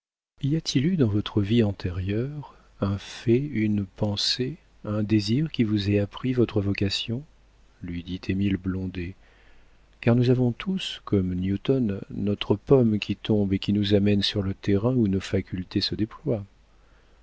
y a-t-il eu dans votre vie antérieure un fait une pensée un désir qui vous ait appris votre vocation lui dit émile blondet car nous avons tous comme newton notre pomme qui tombe et qui nous amène sur le terrain où nos facultés se déploient